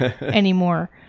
anymore